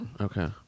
Okay